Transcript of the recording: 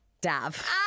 Dav